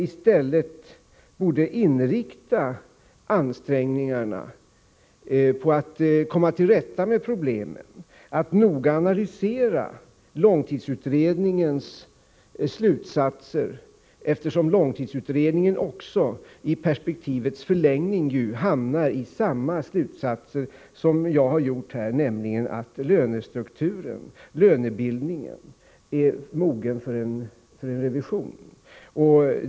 I stället borde man inrikta ansträngningarna på att komma till rätta med problemen. Regeringen borde även noga analysera långtidsutredningens slutsatser. Långtidsutredningen hamnar i perspektivets förlängning i samma slutsatser som jag har gjort här, nämligen att lönestrukturen, lönebildningen, är mogen för en revision.